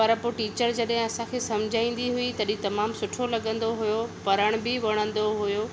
पर पोइ टीचर जॾहिं असां खे सम्झाईंदी हुई तॾहिं तमामु सुठो लॻंदो हो पढ़ण बि वणंदो हो